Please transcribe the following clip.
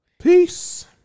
Peace